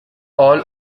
all